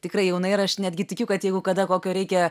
tikrai jaunai ir aš netgi tikiu kad jeigu kada kokio reikia